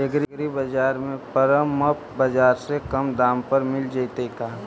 एग्रीबाजार में परमप बाजार से कम दाम पर मिल जैतै का?